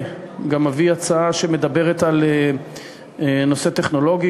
בקנה, גם אביא הצעה שמדברת על נושא טכנולוגי.